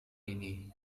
ini